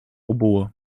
oboe